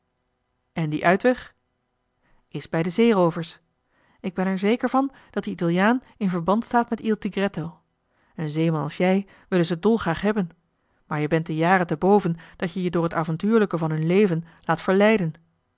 en die uitweg is bij de zeeroovers ik ben er zeker van dat die italiaan in verband staat met il tigretto een zeeman als jij willen ze dolgraag hebben maar je bent de jaren te boven dat je je door het avontuurlijke van hun leven laat verleiden